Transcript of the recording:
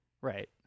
right